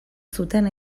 zuten